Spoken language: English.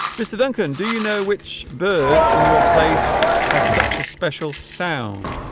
mr. duncan do you know which bird in your place has such a special sound